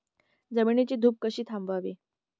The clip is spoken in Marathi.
जमिनीची धूप कशी थांबवावी?